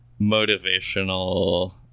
motivational